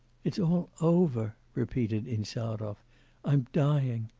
it's all over repeated insarov i'm dying.